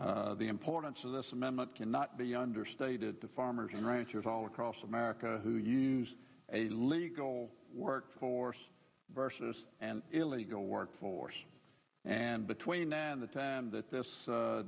the importance of this amendment cannot be understated to farmers and ranchers all across america who use a legal workforce versus an illegal workforce and between now and the time that this